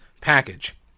package